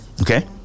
Okay